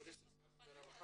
בבקשה.